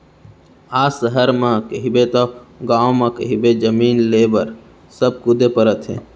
आज सहर म कहिबे तव गाँव म कहिबे जमीन लेय बर सब कुदे परत हवय